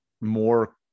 more